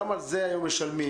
גם על זה היום משלמים.